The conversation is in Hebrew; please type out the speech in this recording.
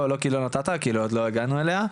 לא כי לא נתת, כי עוד לא הגענו אליה,